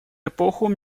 эпоху